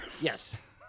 Yes